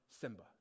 Simba